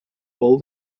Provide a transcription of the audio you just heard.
all